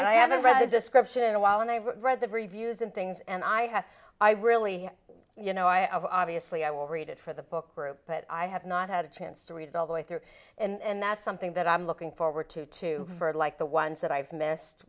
yeah i haven't read a description in a while and i've read the reviews and things and i have i really you know i obviously i will read it for the book group but i have not had a chance to read it all the way through and that's something that i'm looking forward to two for like the ones that i've missed